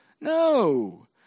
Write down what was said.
No